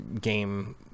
game